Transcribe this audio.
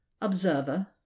Observer